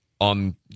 on